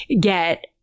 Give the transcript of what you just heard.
get